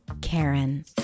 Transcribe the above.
Karen